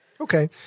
Okay